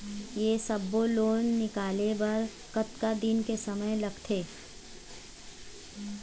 ये सब्बो लोन निकाले बर कतका दिन के समय लगथे?